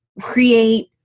create